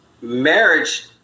marriage